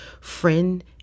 friend